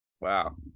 Wow